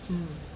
mm